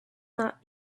not